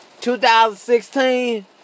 2016